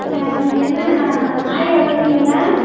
நீங்கள் என்ன நாய் வளர்த்துறீங்களா